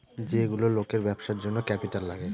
যেগুলো লোকের ব্যবসার জন্য ক্যাপিটাল লাগে